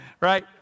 Right